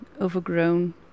overgrown